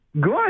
good